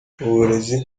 uburezi